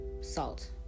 salt